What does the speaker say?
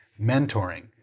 mentoring